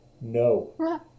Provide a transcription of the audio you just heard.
no